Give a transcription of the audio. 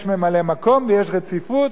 יש ממלא-מקום, ויש רציפות.